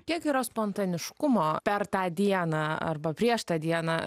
kiek yra spontaniškumo per tą dieną arba prieš tą dieną